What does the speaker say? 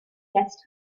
guest